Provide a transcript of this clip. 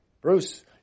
Bruce